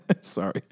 Sorry